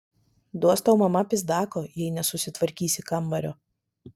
duos tau mama pyzdako jei nesusitvarkysi kambario